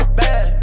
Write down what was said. bad